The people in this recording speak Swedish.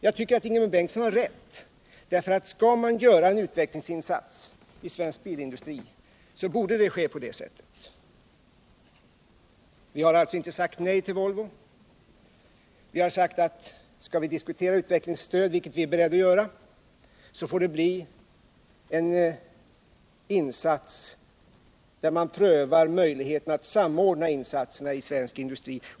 Jag tycker att Ingemund Bengtsson har rätt, därför att skall man göra en utvecklingsinsats i svensk bilindustri så bör det ske på det sättet. Vi har alltså inte sagt nej till Volvo. Vi har sagt att vi är beredda att diskutera ett utvecklingsstöd, men vi har också sagt att man måste pröva möjligheterna att samordna insatserna inom svensk bilindustri.